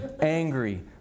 angry